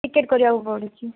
ticket କରିବାକୁ ପଡ଼ୁଛି